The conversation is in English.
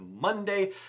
Monday